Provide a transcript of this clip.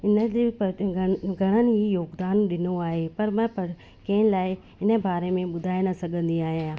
इन जे प्रति घन घणनि ई योगदान ॾिनो आहे पर मां पर कंहिं लाइ इन बारे में ॿुधाए न सघंदी आहियां